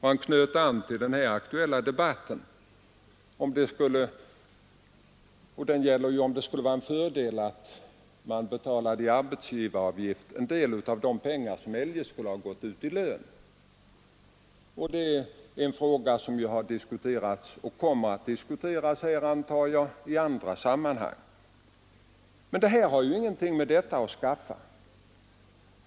Han knöt an till den aktuella debatten: om det skulle vara en fördel att i arbetsgivaravgift betala en del av de pengar som eljest skulle ha betalats ut i lön. Det är en fråga som har diskuterats — och kommer att diskuteras, antar jag — i andra sammanhang. Men det spörsmålet har ingenting med det nu aktuella ärendet att göra.